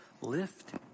lift